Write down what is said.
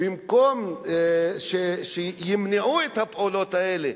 במקום שימנעו את הפעולות האלה,